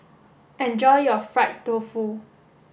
enjoy your fried tofu